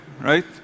right